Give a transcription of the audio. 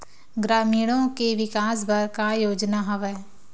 ग्रामीणों के विकास बर का योजना हवय?